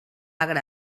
agre